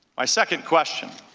my second question,